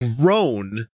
grown